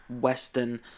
Western